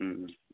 उम उम